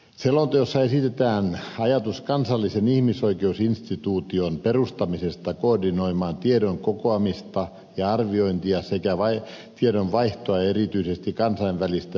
selonteossa esitetään ajatus kansallisen ihmisoikeusinstituution perustamisesta koordinoimaan tiedon kokoamista ja arviointia sekä tiedon vaihtoa erityisesti kansainvälistä yhteistyötä varten